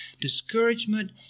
Discouragement